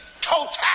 total